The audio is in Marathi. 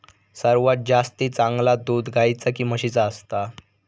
सर्वात जास्ती चांगला दूध गाईचा की म्हशीचा असता?